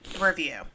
review